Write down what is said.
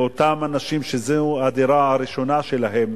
לאותם אנשים שזאת הדירה הראשונה שלהם.